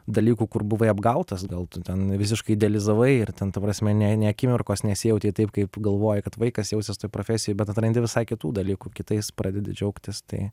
dalykų kur buvai apgautas gal tu ten visiškai idealizavai ir ten ta prasme nė nė akimirkos nesijautei taip kaip galvojai kad vaikas jausies toj profesijoj bet atrandi visai kitų dalykų kitais pradedi džiaugtis tai